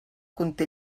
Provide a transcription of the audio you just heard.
conté